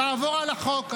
תעבור על החוק.